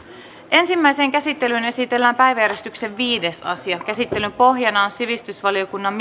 ensimmäiseen käsittelyyn esitellään päiväjärjestyksen viides asia käsittelyn pohjana on sivistysvaliokunnan